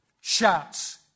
shouts